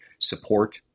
support